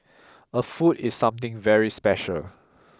a fool is something very special